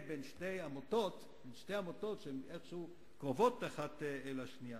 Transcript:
החלטת בית-המשפט המחוזי תתקבל לאחר שניתנה